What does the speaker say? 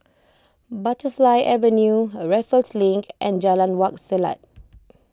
Butterfly Avenue Raffles Link and Jalan Wak Selat